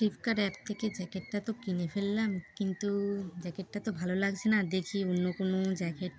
Flipkart app থেকে জ্যাকেটটা তো কিনে ফেললাম কিন্তু জ্যাকেটটা তো ভালো লাগছে না দেখি অন্য কোনো জ্যাকেট